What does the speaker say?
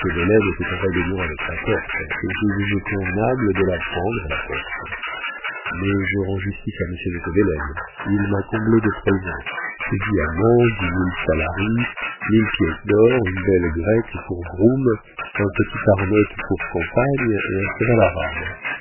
en rébellion avec la porte et je jugeai convenable de la prendre la porte mais je rends justice à monsieur de tébélen il m'a comblé de présents des diamants dix mille talari mille pièces d'or une belle grecque pour groom une petite arnaute pour compagne et un cheval arabe